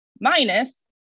Minus